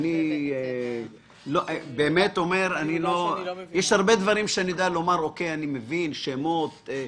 אני מבין את זה כשמדובר בשמות,